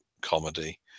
comedy